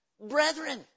brethren